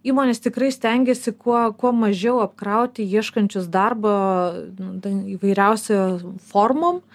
įmonės tikrai stengiasi kuo kuo mažiau apkrauti ieškančius darbo nu ten įvairiausiom formom